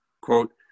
quote